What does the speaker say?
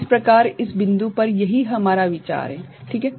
इस प्रकार इस बिंदु पर यही हमारा विचार है ठीक है